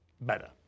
better